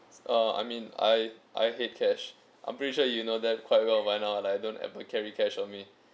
uh I mean I I hate cash I'm pretty sure you know that quite well by now like I don't ever carry cash on me